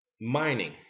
mining